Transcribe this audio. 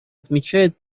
отмечает